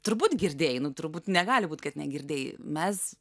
turbūt girdėjai nu turbūt negali būt kad negirdėjai mes